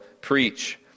preach